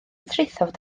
traethawd